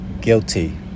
guilty